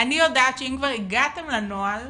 אני יודעת שאם כבר הגעתם לנוהל,